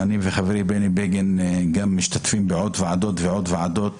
אני וחברי בני בגין משתתפים בעוד ועדות ועוד ועדות,